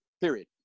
Period